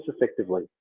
effectively